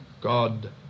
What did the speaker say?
God